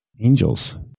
angels